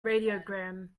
radiogram